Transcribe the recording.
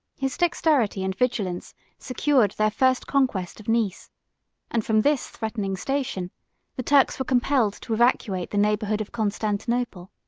his dexterity and vigilance secured their first conquest of nice and from this threatening station the turks were compelled to evacuate the neighborhood of constantinople.